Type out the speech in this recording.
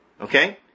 Okay